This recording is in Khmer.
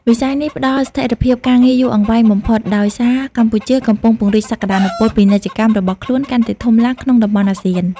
វិស័យនេះផ្តល់ស្ថិរភាពការងារយូរអង្វែងបំផុត ដោយសារកម្ពុជាកំពុងពង្រីកសក្តានុពលពាណិជ្ជកម្មរបស់ខ្លួនកាន់តែធំឡើងក្នុងតំបន់អាស៊ាន។